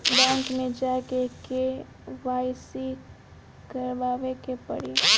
Bank मे जा के के.वाइ.सी करबाबे के पड़ी?